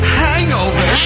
hangover